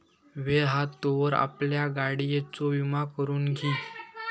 वेळ हा तोवर आपल्या गाडियेचो विमा करून घी